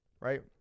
right